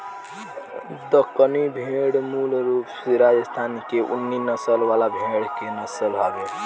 दक्कनी भेड़ मूल रूप से राजस्थान के ऊनी नस्ल वाला भेड़ के नस्ल हवे